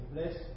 Bless